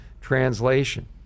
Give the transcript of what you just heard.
translation